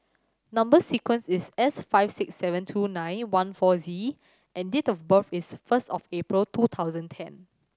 number sequence is S five six seven two nine one four Z and date of birth is first of April two thousand ten